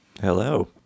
Hello